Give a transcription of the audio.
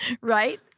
right